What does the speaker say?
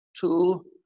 two